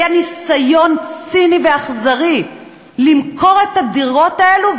היה ניסיון ציני ואכזרי למכור את הדירות האלה,